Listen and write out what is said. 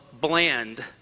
bland